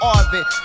Arvin